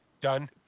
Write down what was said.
Done